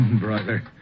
brother